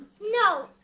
No